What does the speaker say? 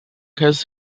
has